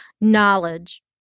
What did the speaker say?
knowledge